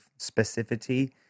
specificity